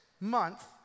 month